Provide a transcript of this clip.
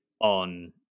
on